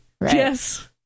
Yes